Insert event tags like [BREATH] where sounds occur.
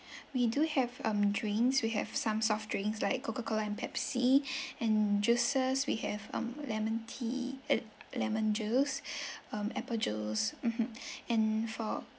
we do have um drinks we have some soft drinks like coca cola and pepsi [BREATH] and juices we have um lemon tea eh lemon juice [BREATH] um apple juice mmhmm [BREATH] and for